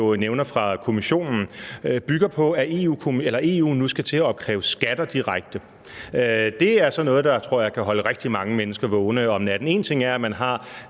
nævner fra Kommissionen, bygger på, at EU nu skal til at opkræve skatter direkte. Det er sådan noget, der, tror jeg, kan holde rigtig mange mennesker vågne om natten. En ting er, at man har